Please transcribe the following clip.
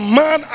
man